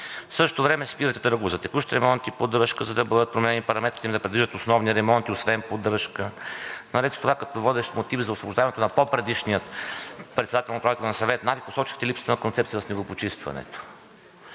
В същото време спирате търгове за текущи ремонти и поддръжка, за да бъдат променени параметрите им и да предвиждат и основни ремонти, освен поддържане. Наред с това като водещ мотив за освобождаването на предишния председател на Управителния съвет на АПИ посочихте липсата на концепция за снегопочистването.